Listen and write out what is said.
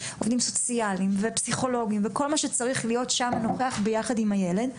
סוציאליים ופסיכולוגים וכל מה שצריך להיות נוכח ביחד עם הילד.